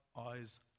eyes